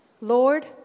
Lord